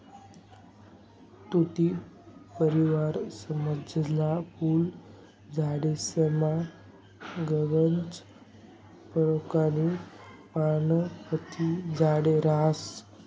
तुती परिवारमझारला फुल झाडेसमा गनच परकारना पर्णपाती झाडे रहातंस